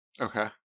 Okay